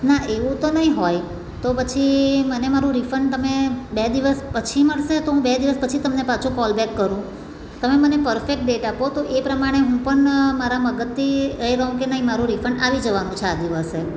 ના એવું તો નહીં હોય તો પછી મને મારું રિફંડ તમે બે દિવસ પછી મળશે તો હું બે દિવસ પછી તમને પાછો કોલ બેક કરું તમે મને પરફેક્ટ ડેટ આપો તો એ પ્રમાણે હું પણ મારા મગજથી એ રહું કે નહીં મારું રિફંડ આવી જવાનું છે આ દિવસે